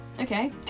Okay